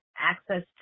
access